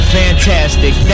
fantastic